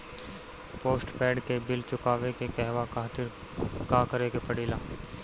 Postpaid के bill चुकावे के कहवा खातिर का करे के पड़ें ला?